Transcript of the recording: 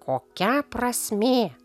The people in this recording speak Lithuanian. kokia prasmė